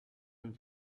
and